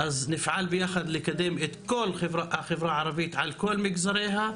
אז נפעל יחד לקדם את כל החברה הערבית על כלל מגזריה,